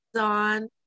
on